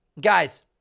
Guys